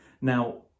now